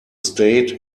state